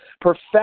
Perfect